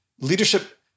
leadership